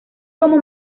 cómo